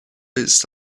ist